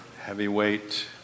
heavyweight